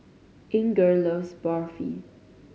Inger loves Barfi